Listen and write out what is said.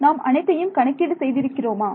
நாம் அனைத்தையும் கணக்கீடு செய்திருக்கிறோமா